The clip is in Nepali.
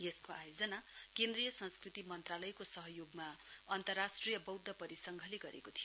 यसको आयोजना केन्द्रीय संस्कृति मन्त्रालयको सहयोगमा अन्तर्राष्ट्रिय बौद्ध परिसघले गरेको थियो